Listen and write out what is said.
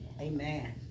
Amen